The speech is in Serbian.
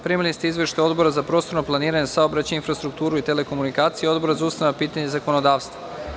Primili ste izveštaje Odbora za prostorno planiranje, saobraćaj, infrastrukturu i telekomunikacije i Odbora za ustavna pitanja i zakonodavstvo.